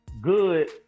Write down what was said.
good